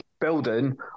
building